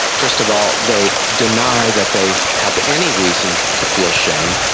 first of all, they deny that they have any reason to feel shame.